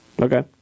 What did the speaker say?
Okay